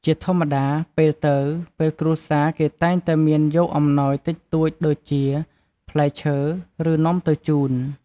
ជាធម្មតា ពេលទៅពេលគ្រួសារ គេតែងតែមានយកអំណោយតិចតួចដូចជា ផ្លែឈើ ឬនំទៅជួន។